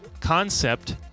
concept